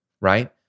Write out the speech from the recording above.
right